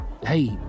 Hey